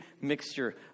mixture